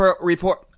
Report